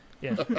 Yes